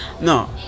No